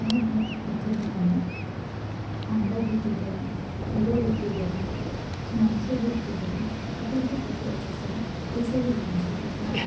ଏହା ଦ୍ୱା ଏଥିରେ ଆମେ ଅଣ୍ଡା ବିକ୍ରିକରି କ୍ଷୀର ବିକ୍ରିକରି ମାଂସ ବିକ୍ରିକରି ଯେପରିକି କୁକୁଡ଼ା ଚାଷରେ ଏସବୁ ଜିନିଷ